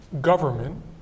government